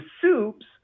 soups